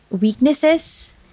weaknesses